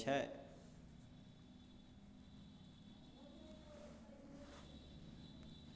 UPI माध्यमे बिना account number phone नंबरक माध्यमसँ केओ ककरो पाइ भेजि सकै छै